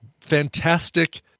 fantastic